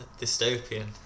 dystopian